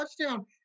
touchdown